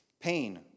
Pain